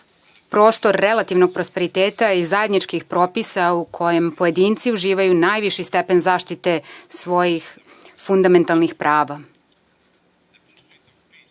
prostor relativnog prosperiteta i zajedničkih propisa u kojim pojedinci uživaju najviši stepen zaštite svojih fundamentalnih prava. Težnja